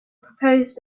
proposed